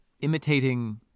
imitating